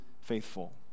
faithful